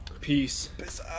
Peace